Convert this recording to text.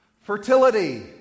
Fertility